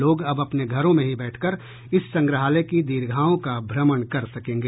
लोग अब अपने घरों में ही बैठकर इस संग्रहालय की दीर्घाओं का भ्रमण कर सकेंगे